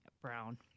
brown